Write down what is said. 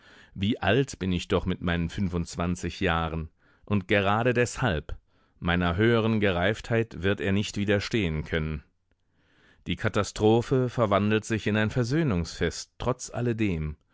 wie alt bin ich doch mit meinen fünfundzwanzig jahren und gerade deshalb meiner höheren gereiftheit wird er nicht widerstehen können die katastrophe verwandelt sich in ein versöhnungsfest trotz alledem